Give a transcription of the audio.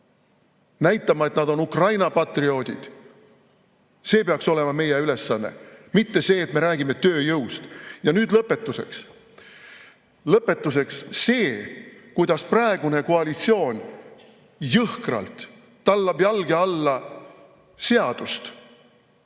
näitama, et nad on Ukraina patrioodid. See peaks olema meie ülesanne, mitte see, et me räägime tööjõust. Ja nüüd lõpetuseks. See, kuidas praegune koalitsioon jõhkralt tallab jalge alla seadust,